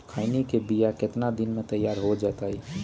खैनी के बिया कितना दिन मे तैयार हो जताइए?